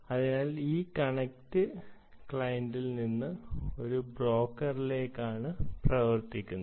അതിനാൽ ഈ കണക്റ്റ് ക്ലയന്റിൽ നിന്ന് ഒരു ബ്രോക്കറിലേക്ക് ആണ് പ്രവർത്തിക്കുന്നത്